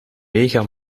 mega